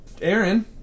Aaron